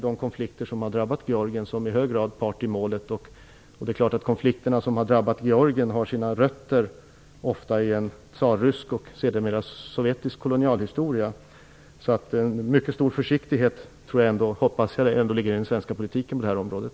De konflikter som har drabbat Georgien har ofta sina rötter i en tsarrysk och sedermera sovjetisk kolonialhistoria. Jag hoppas att det ändock ligger en mycket stor försiktighet i den svenska politiken på det här området.